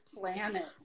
planet